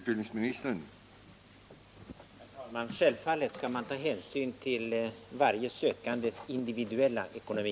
Herr talman! Självfallet skall man ta hänsyn till varje sökandes individuella ekonomi.